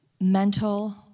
mental